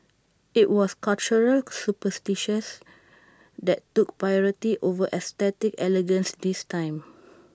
IT was cultural superstitions that took priority over aesthetic elegance this time